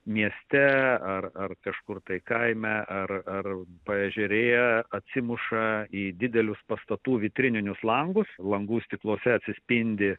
mieste ar ar kažkur tai kaime ar ar paežerėje atsimuša į didelius pastatų vitrininius langus langų stikluose atsispindi